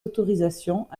autorisations